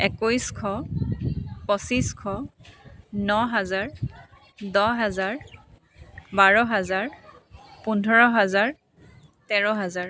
একৈছশ পঁচিছশ ন হাজাৰ দহ হাজাৰ বাৰ হাজাৰ পোন্ধৰ হাজাৰ তেৰ হাজাৰ